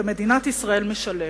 ומדינת ישראל משלמת.